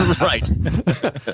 Right